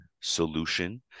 solution